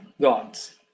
gods